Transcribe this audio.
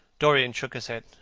dorian shook his head.